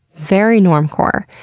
very normcore.